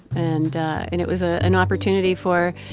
and and it was ah an opportunity for,